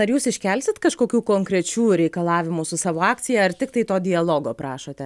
ar jūs iškelsit kažkokių konkrečių reikalavimų su savo akcija ar tiktai to dialogo prašote